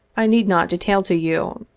i need not detail to you.